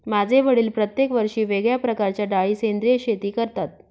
माझे वडील प्रत्येक वर्षी वेगळ्या प्रकारच्या डाळी सेंद्रिय शेती करतात